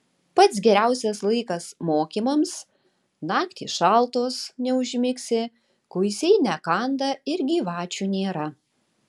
pats geriausias laikas mokymams naktys šaltos neužmigsi kuisiai nekanda ir gyvačių nėra